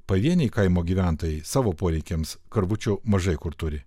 pavieniai kaimo gyventojai savo poreikiams karvučių mažai kur turi